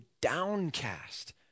downcast